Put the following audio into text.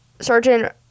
Sergeant